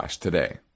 today